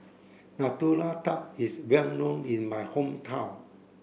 Nutella Tart is well known in my hometown